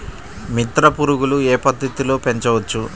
మిత్ర పురుగులు ఏ పద్దతిలో పెంచవచ్చు?